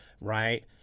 Right